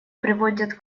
приводят